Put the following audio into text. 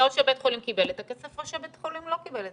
זה או שבית החולים קיבל את הכסף או שבית החולים לא קיבל את הכסף.